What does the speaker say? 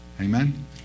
Amen